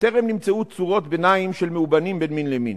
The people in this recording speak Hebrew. טרם נמצאו צורות ביניים של מאובנים בין מין למין,